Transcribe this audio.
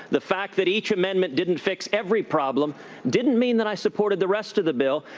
the fact that each amendment didn't fix every problem didn't mean that i supported the rest of the bill.